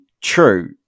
true